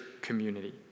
community